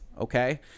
okay